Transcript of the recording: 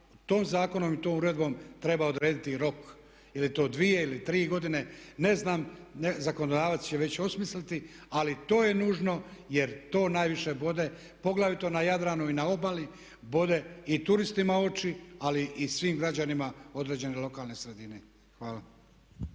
tom zakonom i tom uredbom treba odrediti i rok. Je li to dvije ili tri godine ne znam, zakonodavac će već osmisliti ali to je nužno jer to najviše bode poglavito na Jadranu i na obali bode i turistima oči ali i svim građanima određene lokalne sredine. Hvala.